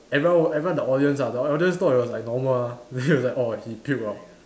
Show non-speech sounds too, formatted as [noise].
everyone everyone the audience ah the audience thought it was normal ah [laughs] was like orh he puke ah